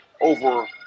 over